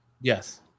Yes